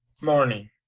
morning